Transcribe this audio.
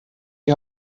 die